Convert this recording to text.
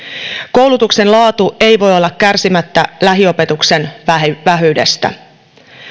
koulutuksen laatu ei voi olla kärsimättä lähiopetuksen vähyydestä